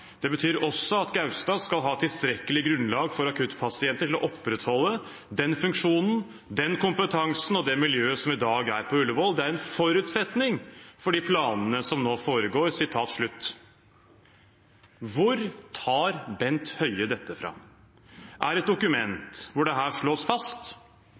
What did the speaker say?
Det betyr også at Gaustad skal ha tilstrekkelig grunnlag for akuttpasienter til å opprettholde den funksjonen, den kompetansen og det miljøet som i dag er på Ullevål. Det er en forutsetning for de planene som nå foregår.» Hvor tar Bent Høie dette fra? Er det et dokument hvor dette slås fast?